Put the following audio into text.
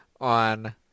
on